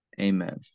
Amen